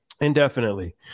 Indefinitely